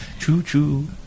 choo-choo